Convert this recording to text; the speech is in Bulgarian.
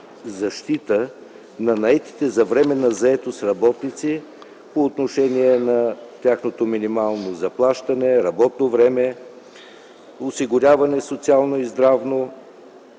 защитата на наетите за временна заетост работници по отношение на тяхното минимално заплащане, работно време, социално и здравно